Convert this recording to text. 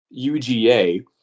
UGA